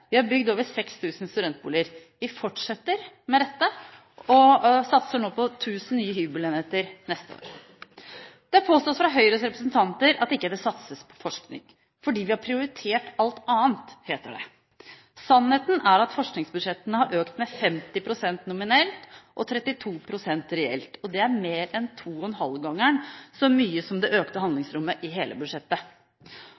Vi har bygd over 6 000 studentboliger. Vi fortsetter med dette og satser nå på 1 000 nye hybelenheter neste år. Det påstås fra Høyres representanter at det ikke satses på forskning, fordi vi har prioritert alt annet, heter det. Sannheten er at forskningsbudsjettene har økt med 50 pst. nominelt og 32 pst. reelt. Det er mer enn to og en halv ganger så mye som det økte